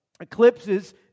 Eclipses